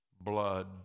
blood